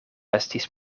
estis